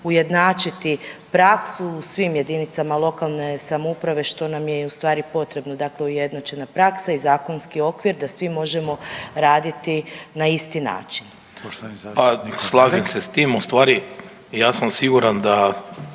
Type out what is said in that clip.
ujednačiti praksu u svim JLS što nam je i u stvari potrebno dakle ujednačena praksa i zakonski okvir da svi možemo raditi na isti način.